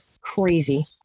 Crazy